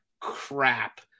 crap